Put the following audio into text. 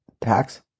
tax